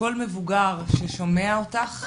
וכל מבוגר ששומע אותך.